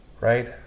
right